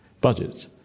budgets